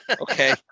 Okay